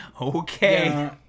Okay